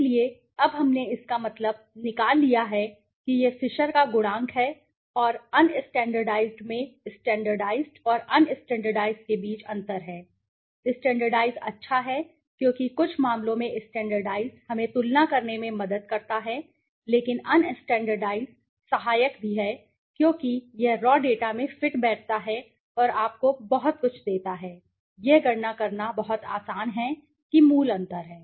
इसलिए अब हमने इसका मतलब निकाल लिया है कि यह फिशर का गुणांक है और अनस्टैण्डर्डाइज़्ड में स्टैण्डर्डाइज़्ड और अनस्टैण्डर्डाइज़्ड के बीच अंतर है स्टैण्डर्डाइज़्ड अच्छा है क्योंकि कुछ मामलों में स्टैण्डर्डाइज़्ड हमें तुलना करने में मदद करता है लेकिन अनस्टैण्डर्डाइज़्ड यह सहायक भी है क्योंकि यह रॉ डेटा में फिट बैठता है और आपको बहुत कुछ देता है यह गणना करना बहुत आसान है कि मूल अंतर है